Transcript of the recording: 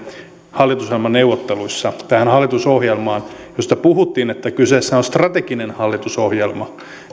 hallitusohjelmaneuvotteluissa vaati tähän hallitusohjelmaan josta puhuttiin että kyseessä on strateginen hallitusohjelma